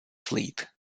fleet